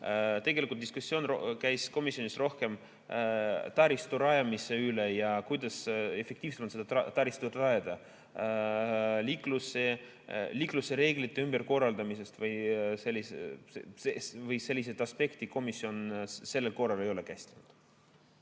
Tegelikult diskussioon käis komisjonis rohkem taristu rajamise üle ja selle üle, kuidas efektiivsemalt seda taristut rajada. Liiklusreeglite ümberkorraldamist või muid selliseid aspekte komisjon sellel korral ei käsitlenud.